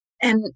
And-